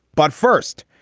but first,